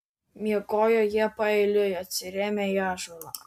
miegojo jie paeiliui atsirėmę į ąžuolą